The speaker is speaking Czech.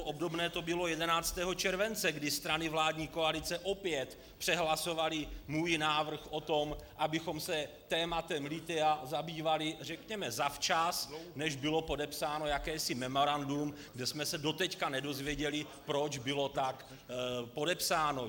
Obdobné to bylo 11. července, kdy strany vládní koalice opět přehlasovaly můj návrh o tom, abychom se tématem lithia zabývali, řekněme, zavčas, než bylo podepsáno jakési memorandum, kde jsme se doteď nedozvěděli, proč bylo podepsáno.